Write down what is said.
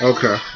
Okay